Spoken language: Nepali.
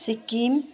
सिक्किम